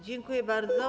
Dziękuję bardzo.